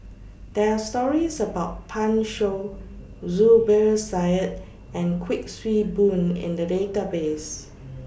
There Are stories about Pan Shou Zubir Said and Kuik Swee Boon in The Database